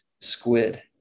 squid